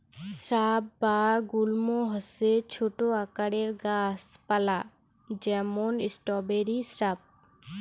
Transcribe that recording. shrub বা গুল্ম হসে ছোট আকারের গাছ পালা যেমন স্ট্রবেরি স্রাব